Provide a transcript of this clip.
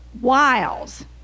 wiles